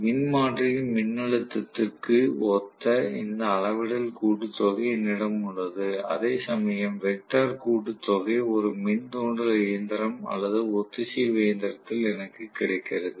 மின்மாற்றியின் மின்னழுத்தத்திற்கு ஒத்த இந்த அளவிடல் கூட்டுத்தொகை என்னிடம் உள்ளது அதேசமயம் வெக்டர் கூட்டுத்தொகை ஒரு மின் தூண்டல் இயந்திரம் அல்லது ஒத்திசைவு இயந்திரத்தில் எனக்குக் கிடைக்கிறது